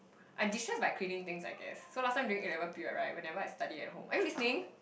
I destress by cleaning thing I guess so last time during A-level period right whenever I study at home are you listening